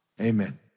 Amen